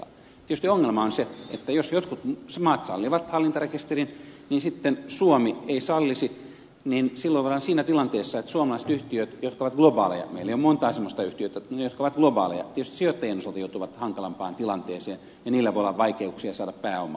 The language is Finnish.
tietysti ongelma on se että jos jotkut maat sallivat hallintarekisterin ja suomi ei sallisi niin silloin ollaan siinä tilanteessa että suomalaiset yhtiöt jotka ovat globaaleja meillä ei ole montaa semmoista yhtiötä mutta ne jotka ovat globaaleja tietysti sijoittajien osalta joutuvat hankalampaan tilanteeseen ja niillä voi olla vaikeuksia saada pääomaa